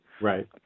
right